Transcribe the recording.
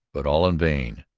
but all in vain.